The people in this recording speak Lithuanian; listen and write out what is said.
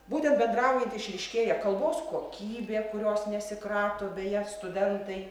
būtent bendraujant išryškėja kalbos kokybė kurios nesikrato beje studentai